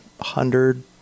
hundred